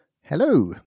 hello